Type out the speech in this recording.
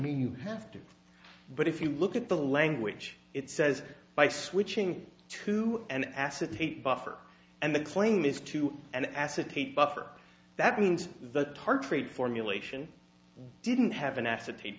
mean you have to but if you look at the language it says by switching to an acetate buffer and the claim is to and acetate buffer that means the tartrate formulation didn't have an acetate